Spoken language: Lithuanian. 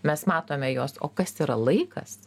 mes matome juos o kas yra laikas